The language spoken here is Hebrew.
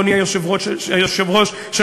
אדוני היושב-ראש,